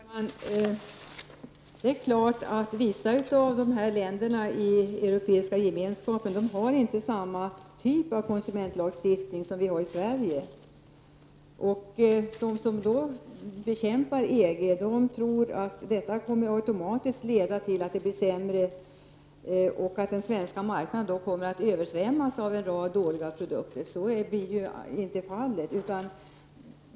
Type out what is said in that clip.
Herr talman! Det är sant att vissa av länderna i Europeiska gemenskapen inte har samma typ av konsumentlagstiftning som vi har i Sverige. De som bekämpar EG tror att detta automatiskt kommer att leda till att det blir sämre här och att den svenska marknaden kommer att översvämmas av en rad dåliga produkter. Så blir inte fallet.